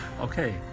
Okay